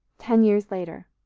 ten years later.